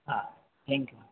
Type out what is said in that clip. हा thank you